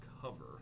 cover